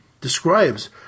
describes